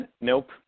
Nope